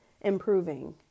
improving